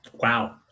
Wow